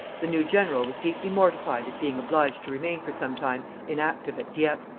the new general was deeply mortified at being obliged to remain for some time inactive at dieppe,